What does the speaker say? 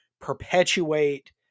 perpetuate